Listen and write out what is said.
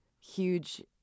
huge